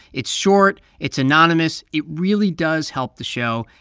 it's short. it's anonymous. it really does help the show.